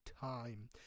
time